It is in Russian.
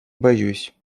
боюсь